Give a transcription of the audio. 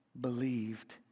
believed